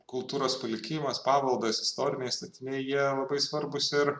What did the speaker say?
kultūros palikimas paveldas istoriniai statiniai jie labai svarbūs ir